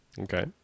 Okay